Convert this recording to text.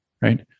right